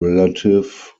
relative